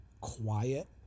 quiet